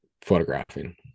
photographing